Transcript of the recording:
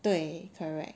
对 correct